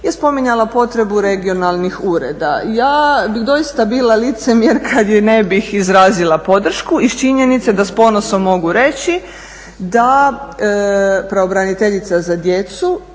je spominjala potrebu regionalnih ureda. Ja bih doista bila licemjer kada joj ne bih izrazila podršku iz činjenice da s ponosom mogu reći da pravobraniteljica za djecu